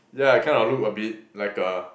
yeah I kind of look a bit like a